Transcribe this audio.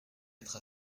être